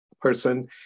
person